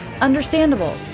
Understandable